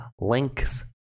links